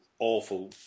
awful